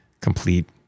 complete